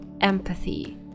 empathy